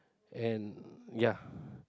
and ya